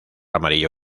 amarillo